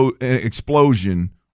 explosion –